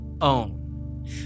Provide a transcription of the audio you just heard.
own